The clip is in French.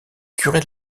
curé